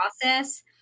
process